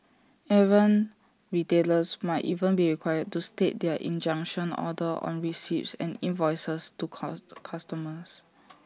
errant retailers might even be required to state their injunction order on receipts and invoices to customers